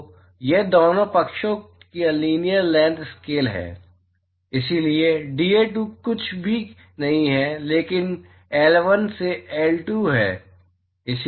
तो यह दोनों पक्षों का लीनीअर लैंथ स्केल है इसलिए dA2 कुछ भी नहीं है लेकिन L1 से L2 है